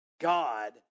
God